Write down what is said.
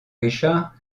richard